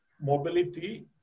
mobility